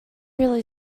really